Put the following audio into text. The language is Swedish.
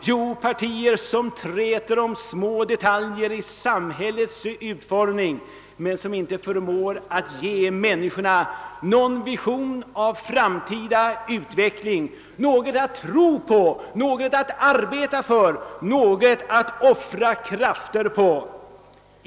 Jo, partier som träter om små detaljer i samhällets utformning men som inte förmår ge människorna någon vision av framtida utveckling, något att tro på, något att arbeta för, något att offra krafter på.